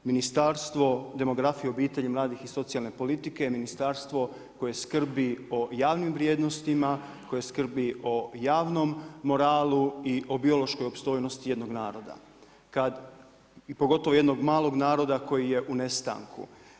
Ministarstvo demografije, obitelji, mladih i socijalne politike je ministarstvo koje skrbi o javnim vrijednostima, koje skrbi o javnom moralu i o biološkoj opstojnosti jednog naroda i pogotovo jednog malog naroda koji je u nestanku.